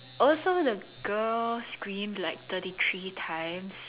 also the girl screamed like thirty three times